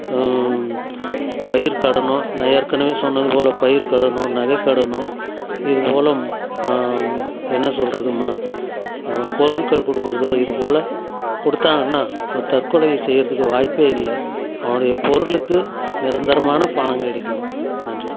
பயிர் கடனோ நான் ஏற்கனவே சொன்னது போல் பயிர் கடனோ நகை கடனோ இது போல என்ன சொல்லுறதுமா பொருட்கள் கொடுக்குறதோ இது போல கொடுத்தாங்கன்னா அந்த தற்கொலை செய்யறதுக்கு வாய்ப்பே இல்லை அவங்களுடைய பொருளுக்கு நிரந்தரமான பணம் கிடைக்கணும் நன்றி